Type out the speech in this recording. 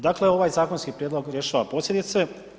Dakle, ovaj zakonski prijedlog rješava posljedice.